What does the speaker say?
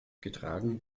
getragen